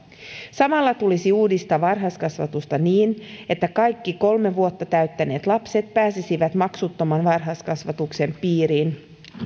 samalla tulisi uudistaa varhaiskasvatusta niin että kaikki kolme vuotta täyttäneet lapset pääsisivät maksuttoman varhaiskasvatuksen piiriin